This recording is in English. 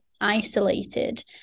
isolated